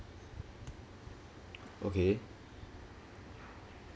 okay